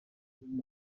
com